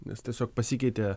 nes tiesiog pasikeitė